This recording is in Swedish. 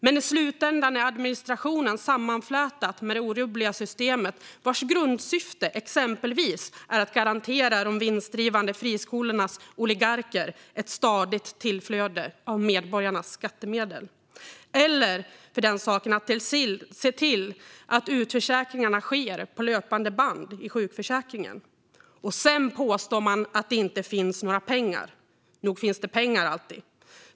I slutändan är administrationen sammanflätad med det orubbliga systemet vars grundsyfte exempelvis är att garantera de vinstdrivande friskolornas oligarker ett stadigt tillflöde av medborgarnas skattemedel eller att se till att utförsäkringar sker på löpande band i sjukförsäkringen. Sedan påstår man att det inte finns några pengar. Nog finns det pengar alltid.